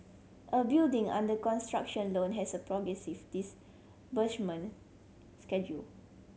a building under construction loan has a progressive disbursement schedule